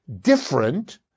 different